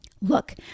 Look